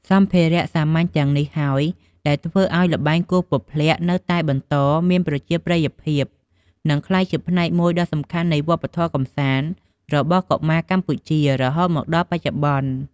សម្ភារៈសាមញ្ញទាំងនេះហើយ ដែលធ្វើឱ្យល្បែងគោះពព្លាក់នៅតែបន្តមានប្រជាប្រិយភាព និងក្លាយជាផ្នែកមួយដ៏សំខាន់នៃវប្បធម៌កម្សាន្តរបស់កុមារកម្ពុជា រហូតមកដល់បច្ចុប្បន្ន។